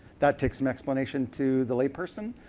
that takes some explanation to the layperson.